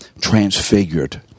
transfigured